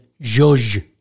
judge